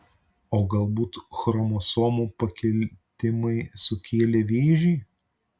o galbūt chromosomų pakitimai sukėlė vėžį